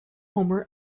homer